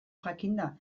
jakinda